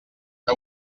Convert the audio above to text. que